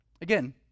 Again